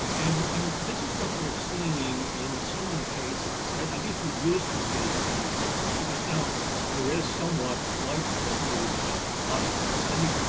and and this is what we're seeing in so many cases, and at least we used to see in so many cases because now there is somewhat widespread use of body cams. i mean,